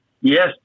yes